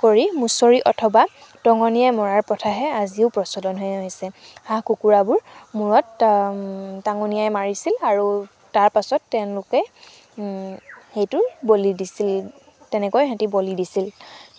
কৰি মুছৰি অথবা টঙনিয়াই মৰা প্ৰথাহে আজিও প্ৰচলন হৈ আছে হাঁহ কুকুৰাবোৰ মুৰত টঙনিয়াই মাৰিছিল আৰু তাৰপাছত তেওঁলোকে সেইটো বলি দিছিল তেনেকৈ সিহঁতি বলি দিছিল